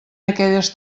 aquelles